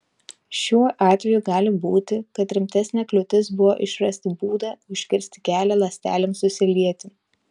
šiuo atveju gali būti kad rimtesnė kliūtis buvo išrasti būdą užkirsti kelią ląstelėms susilieti